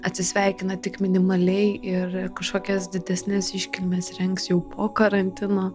atsisveikina tik minimaliai ir kažkokias didesnes iškilmes rengs jau po karantino